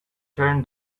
turn